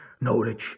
knowledge